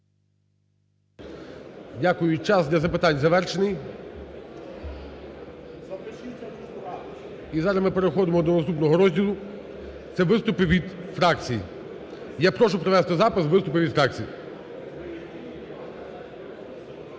Дякую. Час для запитань завершений. І зараз ми переходимо до наступного розділу – це виступи від фракцій. Я прошу провести запис на виступи від фракцій.